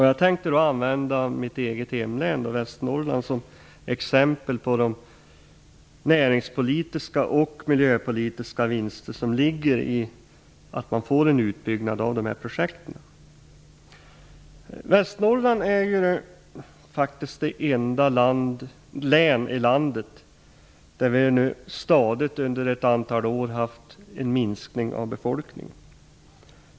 Jag kan ta mitt hemlän Västernorrland som exempel på de näringspolitiska och miljöpolitiska vinster som ligger i att det blir en utbyggnad av dessa projekt. Västernorrland är det enda län i landet där det stadigt under ett antal år har skett en minskning av befolkningen.